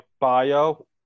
bio